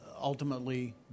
ultimately